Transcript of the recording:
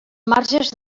marges